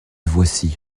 voici